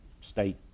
state